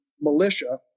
militia